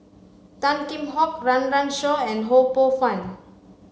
Tan Kheam Hock Run Run Shaw and Ho Poh Fun